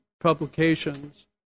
publications